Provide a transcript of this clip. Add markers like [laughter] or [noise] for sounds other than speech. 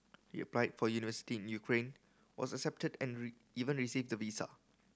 he applied for university in Ukraine was accepted and [unintelligible] even received the visa